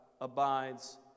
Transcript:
abides